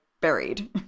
buried